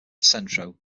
centro